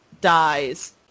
dies